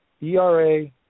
ERA